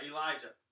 Elijah